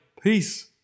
Peace